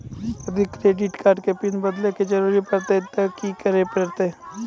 यदि credit card के PIN बदले के जरूरी परतै ते की करे परतै?